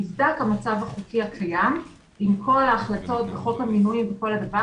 נבדק המצב החוקי הקיים עם כל ההחלטות בחוק המינויים ונאמר